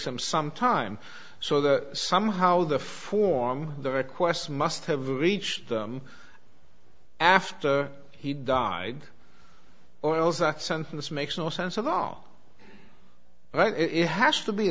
them some time so that somehow the form of the request must have reached them after he died or else that sentence makes no sense at all but it has to be